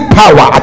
power